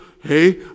Hey